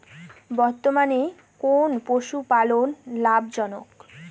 বর্তমানে কোন পশুপালন লাভজনক?